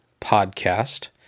Podcast